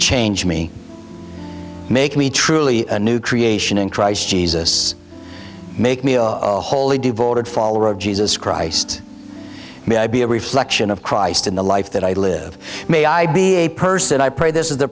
change me make me truly a new creation in christ jesus make me a wholly devoted follower of jesus christ may i be a reflection of christ in the life that i live may i be a person i pray this is the